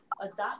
adopt